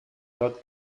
tot